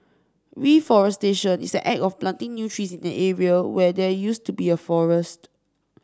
reforestation is the act of planting new trees in an area where there used to be a forest